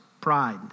pride